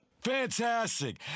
Fantastic